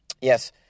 Yes